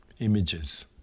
Images